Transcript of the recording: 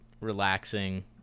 relaxing